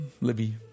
Libby